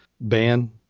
ban